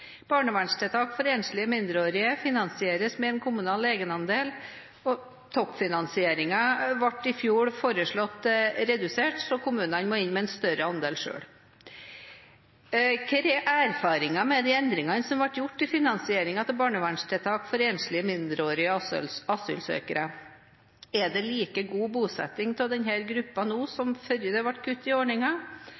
Barnevernstiltak for enslige mindreårige finansieres med en kommunal egenandel, og toppfinansieringen ble i fjor foreslått redusert, så kommunene må inn med en større andel selv. Hva er erfaringene med de endringene som ble gjort i finansieringen av barnevernstiltak for enslige mindreårige asylsøkere? Er det like god bosetting av denne gruppen nå som